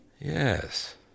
Yes